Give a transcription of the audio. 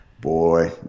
Boy